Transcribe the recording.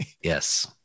Yes